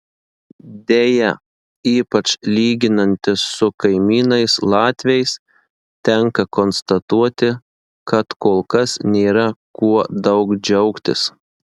deja ypač lyginantis su kaimynais latviais tenka konstatuoti kad kol kas nėra kuo daug džiaugtis